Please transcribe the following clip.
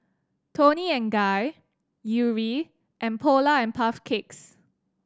Toni and Guy Yuri and Polar and Puff Cakes